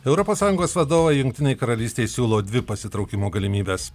europos sąjungos vadovai jungtinei karalystei siūlo dvi pasitraukimo galimybes